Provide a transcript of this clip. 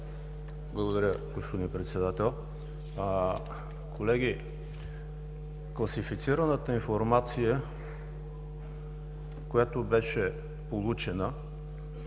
Благодаря, господин Председател. Колеги, класифицираната информация, която беше получена,